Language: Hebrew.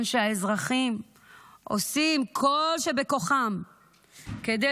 בזמן שהאזרחים עושים כל שבכוחם כדי